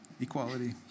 Equality